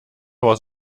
was